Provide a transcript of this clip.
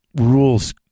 rules